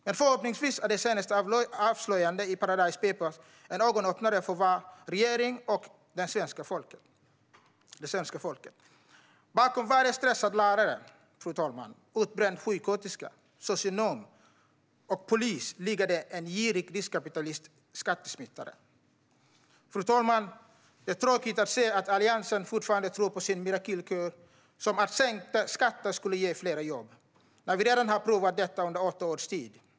Men förhoppningsvis är de senaste avslöjandena i paradise papers en ögonöppnare för regeringen och svenska folket. Fru talman! Bakom varje stressad lärare, utbränd sjuksköterska, socionom och polis ligger det en girig riskkapitalist och skattesmitare. Fru talman! Det är tråkigt att se att Alliansen fortfarande tror på sin mirakelkur om att sänkta skatter skulle ge fler jobb, när vi redan har prövat detta under åtta års tid.